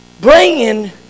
bringing